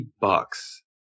bucks